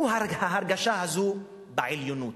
הוא ההרגשה בעליונות,